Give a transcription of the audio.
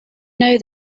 know